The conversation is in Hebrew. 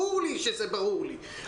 ברור לי שזה ברור לי.